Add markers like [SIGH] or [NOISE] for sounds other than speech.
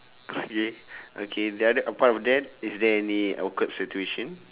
[LAUGHS] yeah okay the other apart of that is there any awkward situation